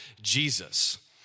Jesus